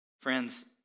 Friends